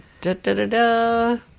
Da-da-da-da